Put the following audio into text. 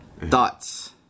Thoughts